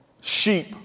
sheep